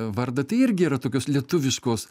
vardą tai irgi yra tokios lietuviškos